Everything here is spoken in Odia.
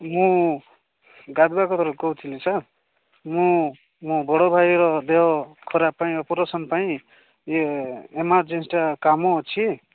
ମୁଁ ଗାଜୁଆକାରୁ କହୁଥିଲି ସାର୍ ମୁଁ ମୁଁ ମୋ ବଡ଼ଭାଇର ଦେହ ଖରାପ ପାଇଁ ଅପରେସନ୍ ପାଇଁ ଇଏ ଏମାର୍ଜିନସ୍ଟା କାମ ଅଛି